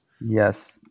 Yes